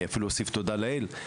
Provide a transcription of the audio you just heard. אני אפילו אוסיף תודה לאל.